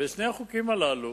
שני החוקים הללו